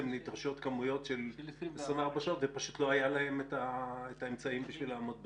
נדרשות כמויות של 24 שעות ופשוט לא היה להם את האמצעים בשביל לעמוד בזה.